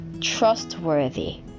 trustworthy